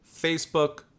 Facebook